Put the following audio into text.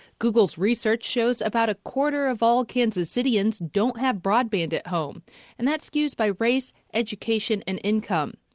google's research shows about a quarter of all kansas citians don't have broadband at home and that skews by race, education, and income.